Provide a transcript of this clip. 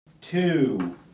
two